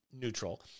neutral